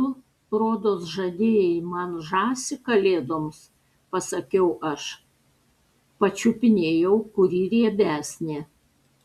tu rodos žadėjai man žąsį kalėdoms pasakiau aš pačiupinėjau kuri riebesnė